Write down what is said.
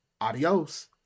adios